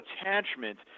attachment